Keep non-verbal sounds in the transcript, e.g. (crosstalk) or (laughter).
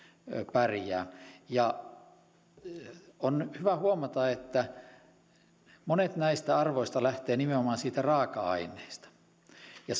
pärjää on hyvä huomata että monet näistä arvoista lähtevät nimenomaan siitä raaka aineesta ja (unintelligible)